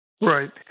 Right